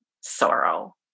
sorrow